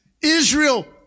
Israel